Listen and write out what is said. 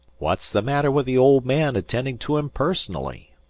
what's the matter with the old man attending to him personally?